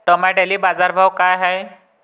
टमाट्याले बाजारभाव काय हाय?